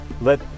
let